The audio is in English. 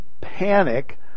panic